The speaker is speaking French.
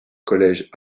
collège